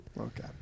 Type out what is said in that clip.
Okay